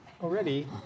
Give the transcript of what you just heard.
already